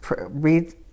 read